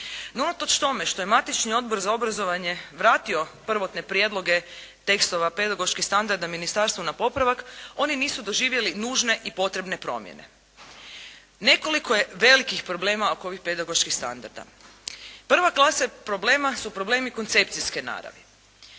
unatoč tome što je matični odbor za obrazovanje vratio prvotne prijedloge tekstove pedagoških standarda ministarstvu na popravak oni nisu doživjeli nužne i potrebne promjene. Nekoliko je velikih problema oko ovih pedagoških standarda. Prva klasa problema su problemi koncepcijske naravi.